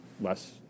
less